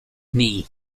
knee